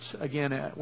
again